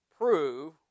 prove